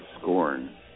scorn